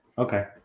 Okay